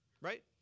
Right